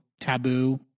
taboo